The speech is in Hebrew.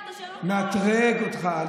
ריאיון מלטף, מאתרג אותך.